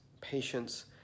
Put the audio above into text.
patience